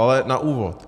Ale na úvod.